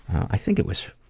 i think it was,